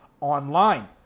online